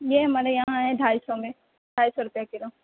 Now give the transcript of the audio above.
یہ ہمارے یہاں ہے ڈھائی سو میں دھائی سو روپیے کلو